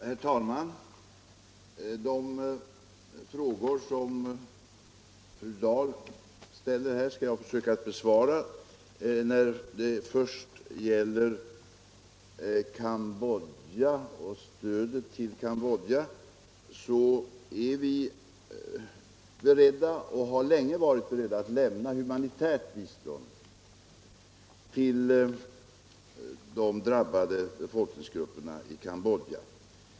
Herr talman! Jag skall försöka besvara de frågor som fru Dahl ställt. När det först gäller stödet till Cambodja, så är vi beredda och har länge varit beredda att lämna humanitärt bistånd till de drabbade befolkningsgrupperna i Cambodja.